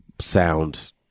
sound